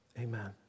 Amen